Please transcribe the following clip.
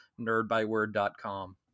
nerdbyword.com